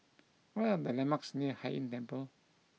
what are the landmarks near Hai Inn Temple